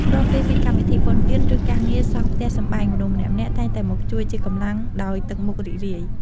រាល់ពេលមានកម្មវិធីបុណ្យទាន ឬការងារសង់ផ្ទះសម្បែង មនុស្សម្នាក់ៗតែងតែមកជួយជាកម្លាំងដោយទឹកមុខរីករាយ។